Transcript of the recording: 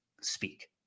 speak